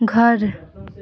घर